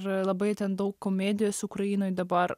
ir labai ten daug komedijos ukrainoj dabar